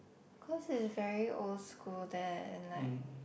cause is very old school there and like